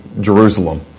Jerusalem